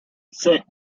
six